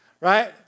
right